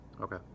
okay